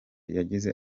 yagize